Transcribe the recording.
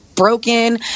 Broken